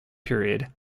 period